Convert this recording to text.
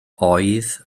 oedd